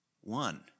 one